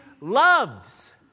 loves